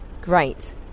Great